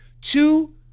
two